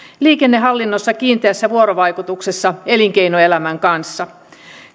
liikennehallinnossa kiinteässä vuorovaikutuksessa elinkeinoelämän kanssa